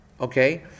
Okay